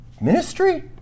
ministry